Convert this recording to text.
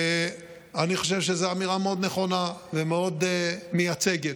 אני חושב שזאת אמירה מאוד נכונה ומאוד מייצגת,